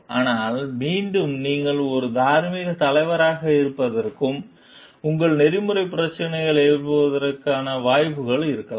ஆனால் மீண்டும் நீங்கள் ஒரு தார்மீகத் தலைவராக இருப்பதற்கும் உங்கள் நெறிமுறைப் பிரச்சினைகளை எழுப்புவதற்கும் வாய்ப்புகள் இருக்கலாம்